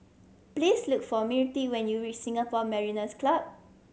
please look for Mirtie when you reach Singapore Mariners' Club